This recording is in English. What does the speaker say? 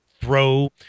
throw